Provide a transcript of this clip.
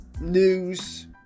news